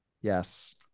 Yes